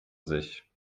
sich